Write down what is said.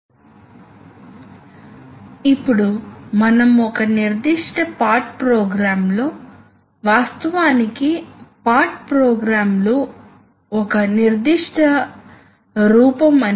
కీవర్డ్లు flow rate motion control flow control valve మోటార్లు hydraulics exhaust valve position